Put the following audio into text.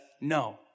no